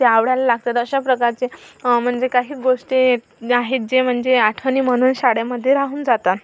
ते आवडायला लागतात अशाप्रकारचे म्हणजे काही गोष्टी आहेत जे म्हणजे आठवणी म्हणून शाळेमध्ये राहून जातात